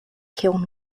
kiln